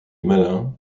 malin